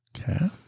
Okay